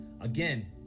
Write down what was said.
again